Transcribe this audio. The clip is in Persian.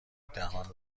دهان